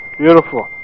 Beautiful